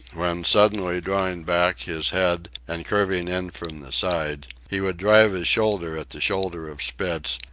when, suddenly drawing back his head and curving in from the side, he would drive his shoulder at the shoulder of spitz,